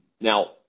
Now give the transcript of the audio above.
Now